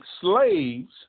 slaves